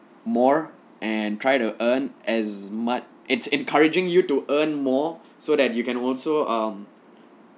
more and try to earn as much it's encouraging you to earn more so that you can also um